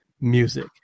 music